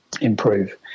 improve